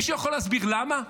מישהו יכול להסביר למה?